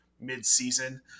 mid-season